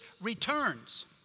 returns